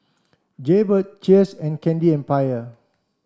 Jaybird Cheers and Candy Empire